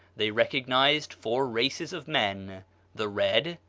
they recognized four races of men the red,